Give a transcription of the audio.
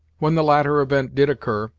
when the latter event did occur,